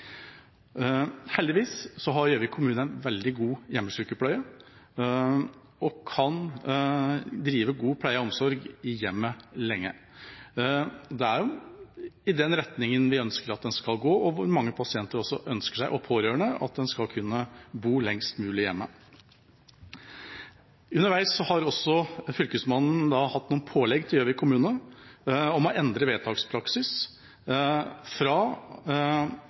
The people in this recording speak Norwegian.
Heldigvis har Gjøvik kommune en veldig god hjemmesykepleie og kan drive god pleie og omsorg i hjemmet lenge. Det er jo i den retningen vi ønsker at en skal gå, og som mange pasienter og pårørende også ønsker seg: at en skal kunne bo lengst mulig hjemme. Underveis har Fylkesmannen hatt noen pålegg til Gjøvik kommune om å endre vedtakspraksis, fra